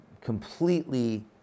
completely